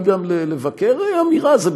חבר הכנסת שי, מותר לי גם לבקר אמירה, זה בסדר.